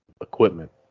equipment